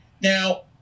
Now